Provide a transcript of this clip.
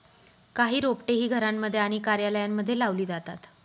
काही रोपटे ही घरांमध्ये आणि कार्यालयांमध्ये लावली जातात